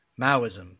Maoism